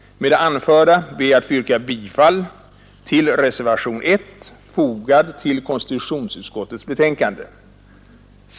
Med det anförda ber jag att få yrka bifall till reservationen 1, fogad till konstitutionsutskottets betänkande.